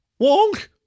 Wonk